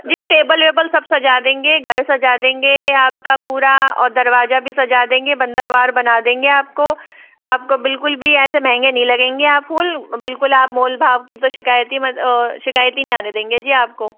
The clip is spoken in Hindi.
जी टेबल वेबल सब सजा देंगे घर सजा देंगे आपका पूरा दरवाजा भी सजा देंगे बंदरवाल बना देंगे आपको आपको बिलकुल भी ऐसे महंगे नहीं लगेंगे आप फूल बिलकुल आप मोल भाव की तो शिकायत ही मत और शिकायत ही नहीं आने देंगे जी आपको